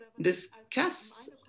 discuss